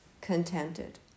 contented